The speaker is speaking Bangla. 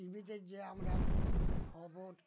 টিভিতে যে আমরা খবর